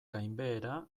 gainbehera